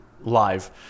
live